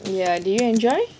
ya do you enjoy